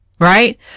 Right